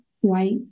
white